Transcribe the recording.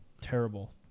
terrible